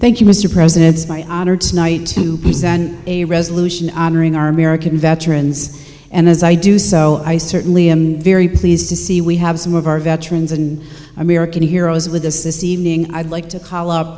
mr president it's my honor tonight to present a resolution honoring our american veterans and as i do so i certainly am very pleased to see we have some of our veterans and american heroes with us this evening i'd like to call up